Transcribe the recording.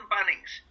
Bunnings